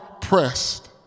pressed